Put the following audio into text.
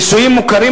הנישואים מוכרים.